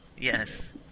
Yes